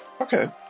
Okay